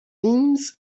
things